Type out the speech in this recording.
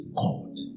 court